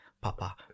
papa